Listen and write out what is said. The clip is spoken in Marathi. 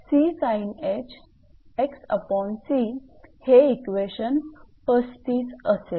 आता हे इक्वेशन 35 असेल